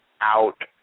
out